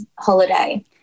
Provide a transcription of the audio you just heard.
holiday